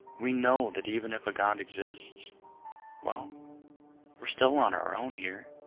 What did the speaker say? we know that even if a god exists well we're still on our own here